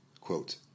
quote